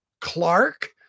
Clark